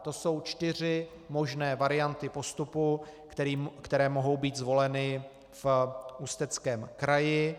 To jsou čtyři možné varianty postupu, které mohou být zvoleny v Ústeckém kraji.